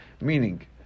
meaning